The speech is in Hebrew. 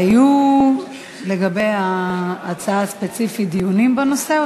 היו לגבי ההצעה הספציפית דיונים בנושא?